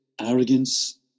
arrogance